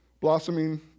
blossoming